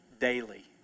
daily